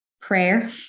Prayer